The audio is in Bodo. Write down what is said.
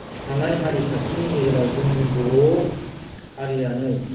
थानाय हारिसाफोरनि गेजेराव जोंनि बर' हारियानो